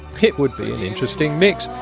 it would be an interesting mix,